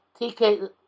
TK